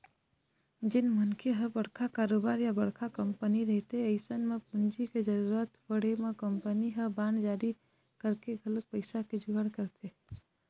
जेन मनखे के बड़का कारोबार या बड़का कंपनी रहिथे अइसन म पूंजी के जरुरत पड़े म कंपनी ह बांड जारी करके घलोक पइसा के जुगाड़ करथे